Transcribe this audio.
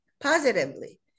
positively